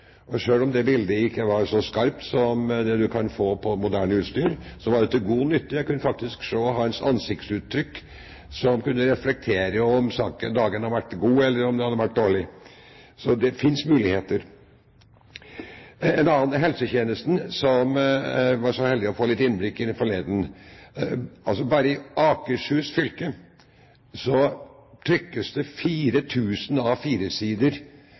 om det bildet ikke var så skarpt som det man kan få på moderne utstyr, var det til god nytte. Jeg kunne faktisk se hans ansiktsuttrykk, som kunne reflektere om dagen hadde vært god eller dårlig. Så det finnes muligheter. En annen sak er helsetjenesten, som jeg var så heldig å få litt innblikk i forleden. Bare i Akershus fylke trykkes det 4 000 A4-sider og brennes hver dag. Overføringen av